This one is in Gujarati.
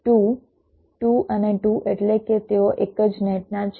2 2 અને 2 એટલે કે તેઓ એક જ નેટના છે